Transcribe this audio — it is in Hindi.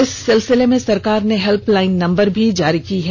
इस सिलसिले में सरकार ने हेल्पलाईन नम्बर भी जारी किये हैं